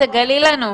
תגלי לנו.